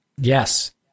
yes